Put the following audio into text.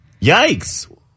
Yikes